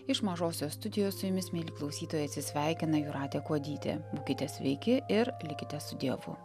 iš mažosios studijos su jumis mieli klausytojai atsisveikina jūratė kuodytė būkite sveiki ir likite su dievu